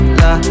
la